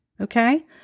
Okay